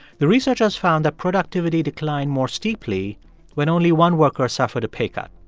the researchers found that productivity declined more steeply when only one worker suffered a pay cut.